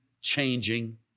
changing